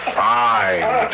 fine